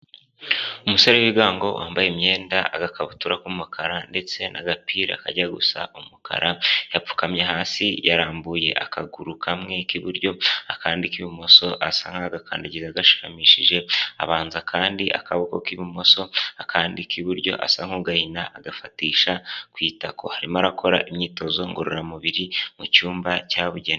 Umusore wibigango wambaye imyenda agakabutura k'umukara ndetse n'agapira kajya gusa umukara yapfukamye hasi yarambuye akaguru kamwe k'iburyo akandi k'ibumoso asa nkaho agakandagira agashimishije abanza akandi akaboko k'ibumoso akandi k, iburyo asa nk'ugahina agafatisha kw,itako arimo arakora imyitozo ngororamubiri mu cyumba cyabugenewe.